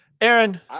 aaron